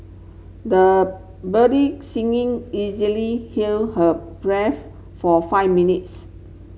the budding singing easily held her breath for five minutes